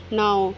now